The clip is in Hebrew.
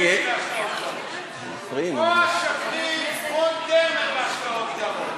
או השגריר רון דרמר והשקעות זרות,